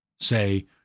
say